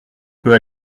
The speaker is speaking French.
peux